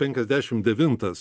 penkiasdešim devintas